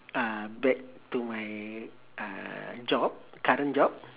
uh back to my uh job current job